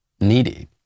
needy